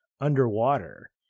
underwater